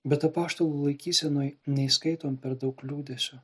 bet apaštalų laikysenoj neįskaitom per daug liūdesio